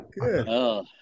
good